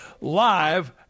live